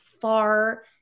far